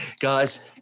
guys